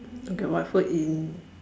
okay what food you